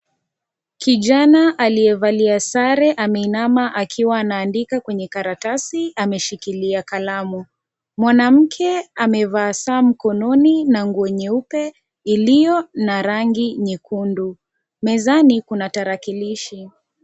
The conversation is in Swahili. Kijana aliyevalia sare ameinama akiwa anaandika kwenye karatasi, ameshikilia kalamu. Mwanamke amevaa saa mkononi na nguo nyeupe iliyo na rangi nyekundu. Mezani Kuna tarakilishi.